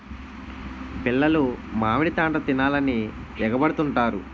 పిల్లలు మామిడి తాండ్ర తినాలని ఎగబడుతుంటారు